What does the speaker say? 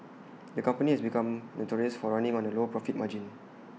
the company has become notorious for running on A low profit margin